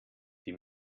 die